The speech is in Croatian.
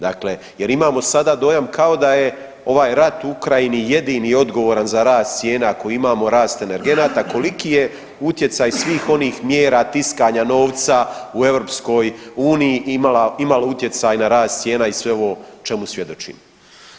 Dakle, jer imamo sada dojam kao da je ovaj rat u Ukrajini jedini odgovoran za rast cijena koji imamo, rast energenata, koliki je utjecaj svih onih mjera tiskanja novca u EU imalo utjecaj na rast cijena i sve ovo čemu svjedočimo?